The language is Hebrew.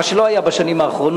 מה שלא היה בשנים האחרונות,